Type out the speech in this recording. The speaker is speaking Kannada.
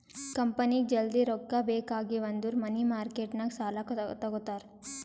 ಕಂಪನಿಗ್ ಜಲ್ದಿ ರೊಕ್ಕಾ ಬೇಕ್ ಆಗಿವ್ ಅಂದುರ್ ಮನಿ ಮಾರ್ಕೆಟ್ ನಾಗ್ ಸಾಲಾ ತಗೋತಾರ್